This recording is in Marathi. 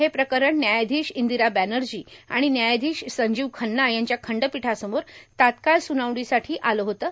हे प्रकरण न्यायाधीश इंदिरा बॅनर्जी आणि न्यायाधीश संजीव खन्ना यांच्या खंडपीठासमोर तात्काळ सुनावणीसाठी आलं होतं